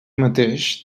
mateix